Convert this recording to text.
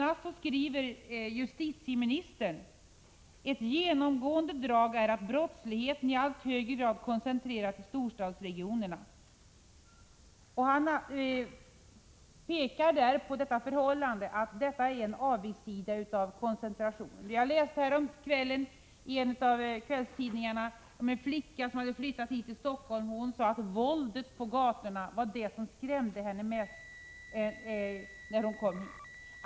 a. skrev justitieministern nyligen följande: Ett genomgående drag är att brottsligheten i allt högre grad koncentrerats till storstadsregionerna. Justitieministern pekar på förhållandet att detta är en avigsida av koncentrationen till storstadsregionerna. Jag läste häromkvällen i en av kvällstidningarna om en flicka som hade flyttat hit till Stockholm. Hon sade att våldet på gatorna var det som skrämde henne mest.